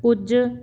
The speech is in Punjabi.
ਕੁੱਝ